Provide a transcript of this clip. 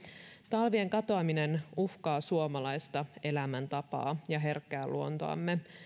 talvien katoaminen uhkaa suomalaista elämäntapaa ja herkkää luontoamme